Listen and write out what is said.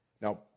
Now